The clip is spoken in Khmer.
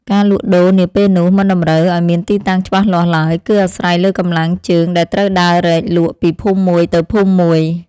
ការលក់ដូរនាពេលនោះមិនតម្រូវឱ្យមានទីតាំងច្បាស់លាស់ឡើយ គឺអាស្រ័យលើកម្លាំងជើងដែលត្រូវដើររែកលក់ពីភូមិមួយទៅភូមិមួយ។